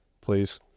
Please